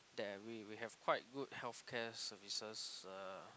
that we we have quite good healthcare services uh